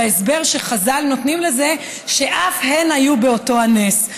וההסבר שחז"ל נותנים לזה הוא שאף הן היו באותו הנס.